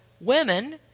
women